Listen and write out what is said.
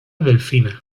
delfina